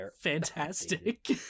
fantastic